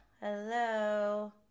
hello